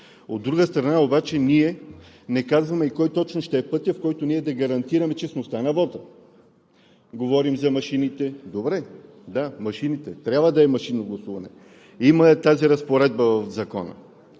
От друга страна обаче, не казваме кой точно ще е пътят, по който да гарантираме честността на вота! Говорим за машините – добре, да, трябва да е машинно гласуването, има я тази разпоредба в Закона,